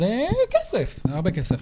זה כסף, זה הרבה כסף.